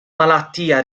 malattia